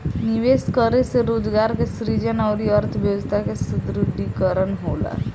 निवेश करे से रोजगार के सृजन अउरी अर्थव्यस्था के सुदृढ़ीकरन होला